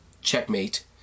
checkmate